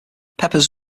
peppers